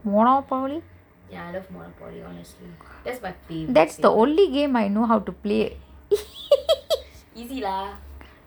monopoly that's the only game I know how to play